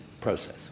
process